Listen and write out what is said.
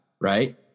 right